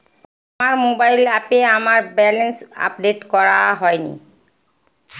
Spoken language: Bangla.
আমার মোবাইল অ্যাপে আমার ব্যালেন্স আপডেট করা হয়নি